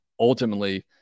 Ultimately